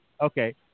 Okay